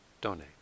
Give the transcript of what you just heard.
donate